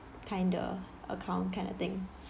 kinda account kind of thing